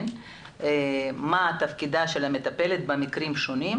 מה תפקיד המטפלת במקרים שונים,